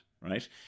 right